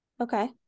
Okay